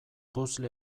puzzle